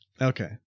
Okay